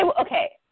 okay